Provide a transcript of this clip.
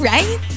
Right